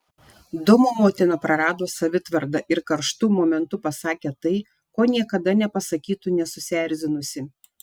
domo motina prarado savitvardą ir karštu momentu pasakė tai ko niekada nepasakytų nesusierzinusi